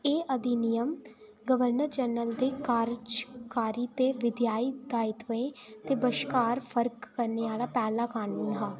एह् अधिनियम governor general दे कारजकारी ते विधायी दायित्वें दे बश्कार फर्क करने आह्ला पैह्ला कानून हा